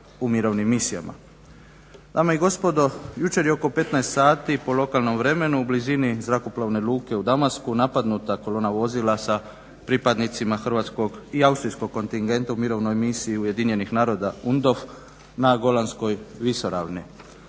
u mirovnim misijama. Dame i gospodo, jučer je oko 15,00 sati po lokalnom vremenu u blizini Zrakoplovne luke u Damasku napadnuta kolona vozila sa pripadnicima hrvatskog i austrijskog kontingenta u Mirovnoj misiji UN UNDOF na Golanskoj visoravni.